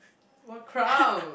what crown